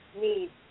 need